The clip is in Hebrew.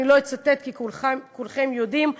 אני לא אצטט כי כולכם יודעים,